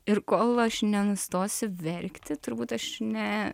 ir kol aš nenustosi verkti turbūt aš ne